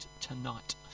tonight